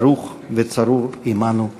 ברוך וצרור עמנו לעד.